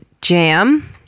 jam